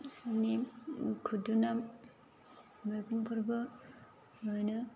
सोरनि फुदुना मैगंफोरबो मोनो